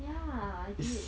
ya I did